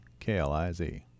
KLIZ